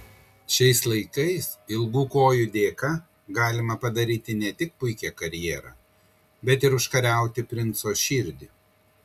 šiais laikais ilgų kojų dėka galima padaryti ne tik puikią karjerą bet ir užkariauti princo širdį